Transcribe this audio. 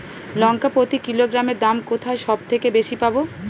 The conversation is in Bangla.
লঙ্কা প্রতি কিলোগ্রামে দাম কোথায় সব থেকে বেশি পাব?